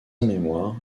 mémoire